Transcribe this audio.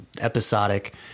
episodic